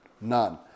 None